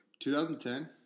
2010